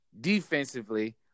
defensively